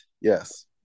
yes